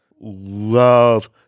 love